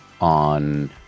on